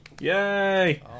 Yay